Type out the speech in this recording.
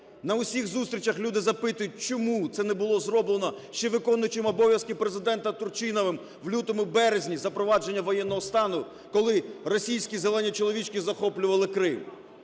На усіх зустрічах люди запитують, чому це не було зроблено ще виконуючим обов'язки Президента Турчиновим в лютому-березні запровадження воєнного стану, коли російські "зелені чоловічки" захоплювали Крим.